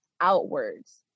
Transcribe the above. outwards